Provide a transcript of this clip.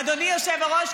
אדוני היושב-ראש,